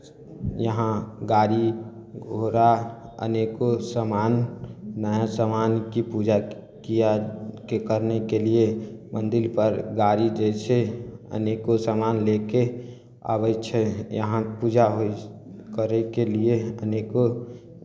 यहाँ गाड़ी घोड़ा अनेको सामान नया सामान की पूजा किया के करने के लिए मन्दिरपर गाड़ी दै छै अनेको सामान लऽ कऽ अबै छै यहाँ पूजा होइ करयके लिए अनेको